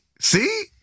see